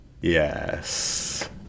Yes